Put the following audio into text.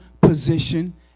position